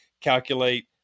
calculate